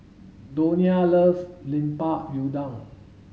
Donia loves Lemper Udang